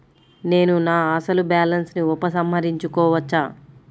నేను నా అసలు బాలన్స్ ని ఉపసంహరించుకోవచ్చా?